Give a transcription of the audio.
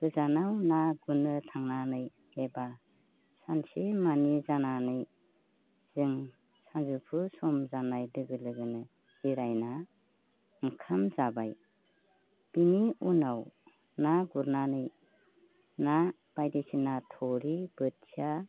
गोजानाव ना बोनो थांनानै एबा सानसेमानि जानानै जों सानजौफु सम जानाय लोगो लोगोनो जिरायना ओंखाम जाबाय बिनि उनाव ना गुरनानै ना बायदिसिना थुरि बोथिया